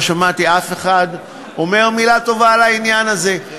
לא שמעתי אף אחד אומר מילה טובה על העניין הזה,